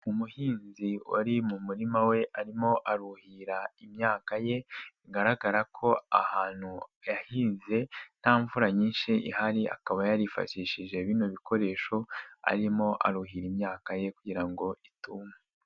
Umuhinzi wari mu murima we arimo aruhira imyaka ye bigaragara ko ahantu yahinze nta mvura nyinshi ihari akaba yarifashishije bino bikoresho arimo aruhira imyaka ye kugira ngo itume.